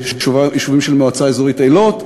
יישובים של מועצה אזורית אילות,